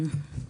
כן.